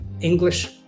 English